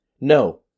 no